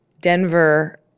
Denver